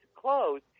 close